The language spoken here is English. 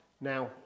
Now